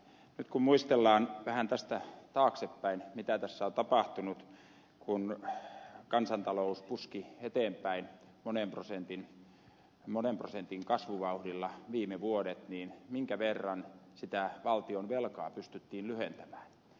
nyt kun muistellaan vähän tästä taaksepäin mitä tässä on tapahtunut kun kansantalous puski eteenpäin monen prosentin kasvuvauhdilla viime vuodet niin minkä verran sitä valtionvelkaa pystyttiin lyhentämään